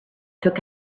took